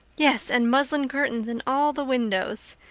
yes, and muslin curtains in all the windows.